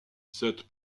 cette